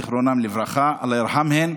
זיכרונם לברכה, אללה ירחמהם,